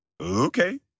Okay